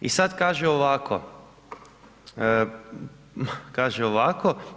I sad kaže ovako, kaže ovako.